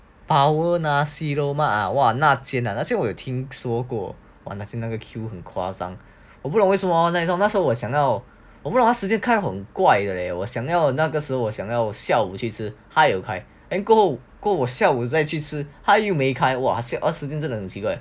power nasi lemak ah 哇那间那间我有听说过 !wah! 那个 queue 很夸张我不懂为什么那时候那时候我想要时间开很怪的 leh 我想要那个时候我想要下午去吃还有开 then 过后下午在去吃他又没开时间真的很奇怪